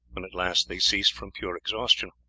when at last they ceased from pure exhaustion.